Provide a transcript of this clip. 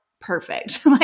perfect